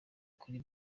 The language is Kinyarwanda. kuba